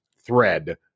thread